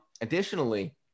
Additionally